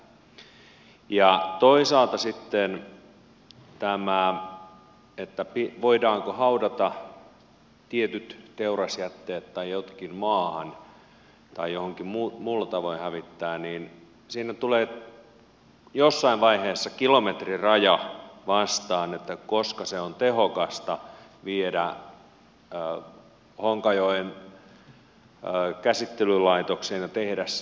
toisaalta sitten kun on tämä voidaanko haudata tietyt teurasjätteet tai jotkin maahan tai jollakin muulla tavoin hävittää niin siinä tulee jossain vaiheessa kilometriraja vastaan koska se on tehokasta viedä honkajoen käsittelylaitokseen ja tehdä siitä energiaa